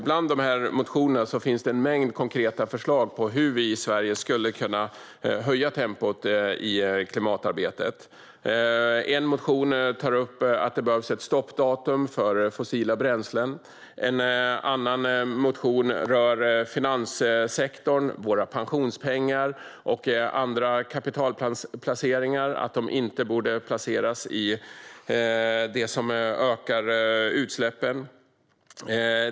Bland de här motionerna finns en mängd konkreta förslag på hur vi i Sverige skulle kunna öka tempot i klimatarbetet. En motion tar upp att det behövs ett stoppdatum för fossila bränslen. En annan motion rör finanssektorn och att våra pensionspengar och annat kapital inte borde placeras i sådant som ökar utsläppen.